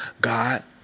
God